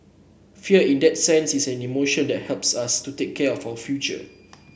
fear in that sense is an emotion that helps us to take care of our future